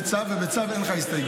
זה צו, זה צו, ובצו אין לך הסתייגויות.